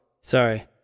Sorry